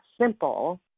simple